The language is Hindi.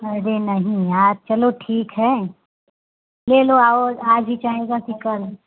अरे नहीं यार चलो ठीक है ले लो और आज ही चाहेगा कि कल